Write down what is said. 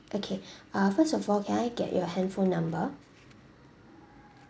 okay uh first of all can I get your handphone number